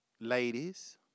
Ladies